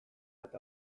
eta